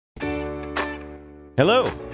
Hello